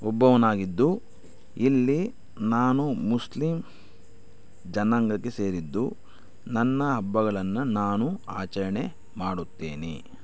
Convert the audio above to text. ಒಬ್ಬವನಾಗಿದ್ದು ಇಲ್ಲಿ ನಾನು ಮುಸ್ಲಿಮ್ ಜನಾಂಗಕ್ಕೆ ಸೇರಿದ್ದು ನನ್ನ ಹಬ್ಬಗಳನ್ನು ನಾನು ಆಚರಣೆ ಮಾಡುತ್ತೇನೆ